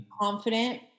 confident